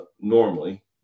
normally